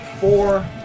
four